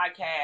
podcast